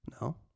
No